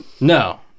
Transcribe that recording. No